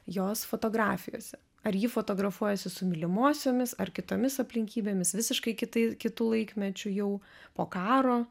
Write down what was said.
jos fotografijose ar ji fotografuojasi su mylimosiomis ar kitomis aplinkybėmis visiškai kitai kitu laikmečiu jau po karo